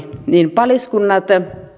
paliskunnat